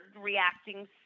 reacting